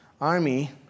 army